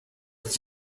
της